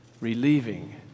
relieving